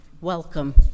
Welcome